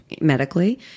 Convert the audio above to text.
medically